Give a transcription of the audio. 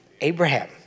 Abraham